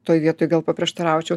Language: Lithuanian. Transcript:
toj vietoj gal paprieštaraučiau